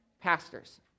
pastors